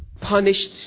punished